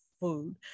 food